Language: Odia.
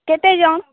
କେତେ ଜଣ୍